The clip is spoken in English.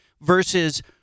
versus